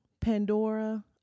Pandora